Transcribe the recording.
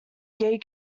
gay